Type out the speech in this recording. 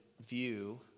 view